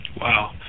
Wow